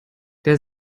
der